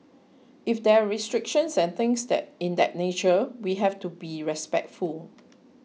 if there are restrictions and things in that nature we have to be respectful